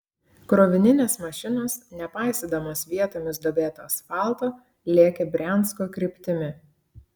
krovininės mašinos nepaisydamos vietomis duobėto asfalto lėkė briansko kryptimi